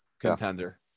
Contender